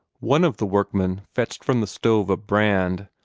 one of the workmen fetched from the stove a brand,